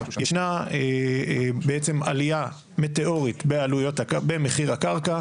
ישנה בעצם עליה מטאורית במחיר הקרקע,